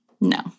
No